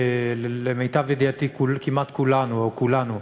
למיטב ידיעתי כמעט כולנו, או כולנו,